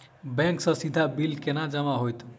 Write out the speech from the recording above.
Bank सँ सीधा bill केना जमा होइत?